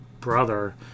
brother